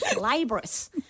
Laborious